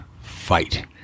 fight